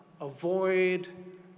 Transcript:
avoid